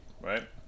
right